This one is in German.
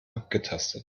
abgetastet